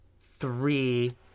three